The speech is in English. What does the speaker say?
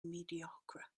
mediocre